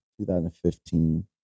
2015